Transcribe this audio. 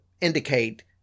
indicate